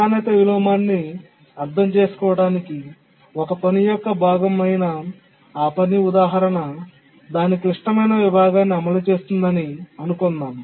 ప్రాధాన్యత విలోమాన్ని అర్థం చేసుకోవడానికి ఒక పని యొక్క భాగం అయిన ఆ పని ఉదాహరణ దాని క్లిష్టమైన విభాగాన్ని అమలు చేస్తుందని అనుకుందాం